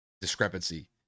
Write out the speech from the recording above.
discrepancy